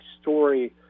story